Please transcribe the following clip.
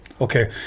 Okay